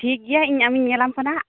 ᱴᱷᱤᱠ ᱜᱮᱭᱟ ᱤᱧ ᱟᱢᱤᱧ ᱧᱮᱞᱟᱢ ᱠᱟᱱᱟ